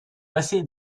passée